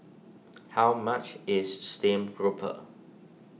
how much is Stream Grouper